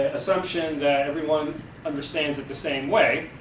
assumption that everyone understands it the same way.